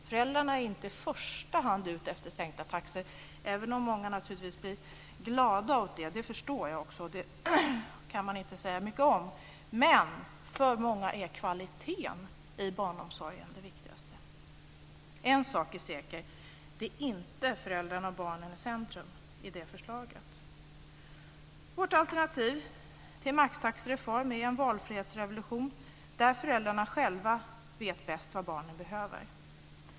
Föräldrarna är inte i första hand ute efter sänkta taxor, även om många naturligtvis blir glada åt det. Det förstår jag också. Det kan man inte säga mycket om. Men för många är kvaliteten i barnomsorgen det viktigaste. En sak är säker. Det är inte föräldrarna och barnen som står i centrum i det förslaget. Vårt alternativ till maxtaxereform är en valfrihetsrevolution, där föräldrarna själva vet bäst vad barnen behöver.